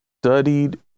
studied